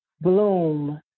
bloom